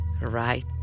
right